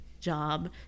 job